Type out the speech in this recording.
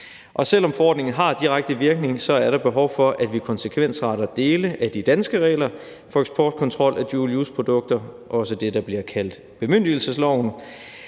Selv om forordningen har direkte virkning, er der behov for, at vi konsekvensretter dele af de danske regler for eksportkontrol af dual use-produkter – det, der også bliver kaldt bemyndigelsesloven.